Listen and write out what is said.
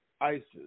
ISIS